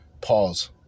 Pause